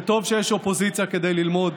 וטוב שיש אופוזיציה כדי ללמוד.